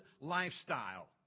lifestyle